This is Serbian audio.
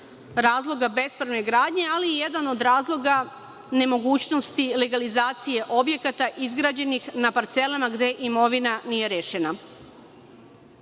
razloga bespravne gradnje, ali i jedan od razloga nemogućnosti legalizacije objekata izgrađenih na parcelama gde imovina nije rešena.